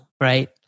Right